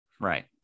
Right